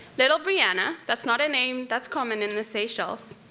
little breanna, that's not a name that's common in the seychelles,